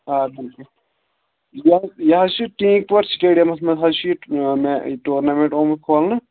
آ یہِ حظ یہِ حظ چھُ ٹیٖنٛگ پورِ سِٹیڈیَمَس منٛز حظ چھُ یہِ ٹورنامٮ۪نٛٹ اومُت کھولنہٕ